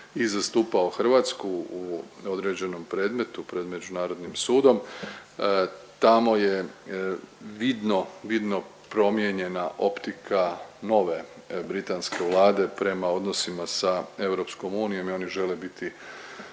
i zastupao Hrvatsku u određenom predmetu pred međunarodnim sudom. Tamo je vidno, vidno promijenjena optika nove britanske Vlade prema odnosima sa EU i oni žele biti